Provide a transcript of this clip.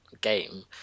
game